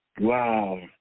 Wow